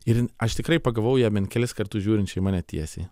ir aš tikrai pagavau ją bent kelis kartus žiūrinčią į mane tiesiai